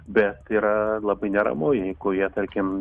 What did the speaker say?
bet yra labai neramu jeigu jie tarkim